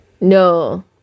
No